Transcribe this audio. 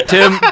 Tim